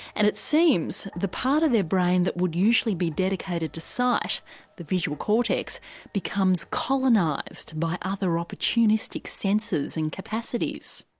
and it seems the part of their brain that would usually be dedicated to sight the visual cortex becomes colonised by other opportunistic senses and capacities.